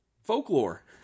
Folklore